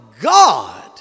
God